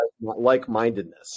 like-mindedness